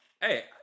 Hey